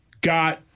got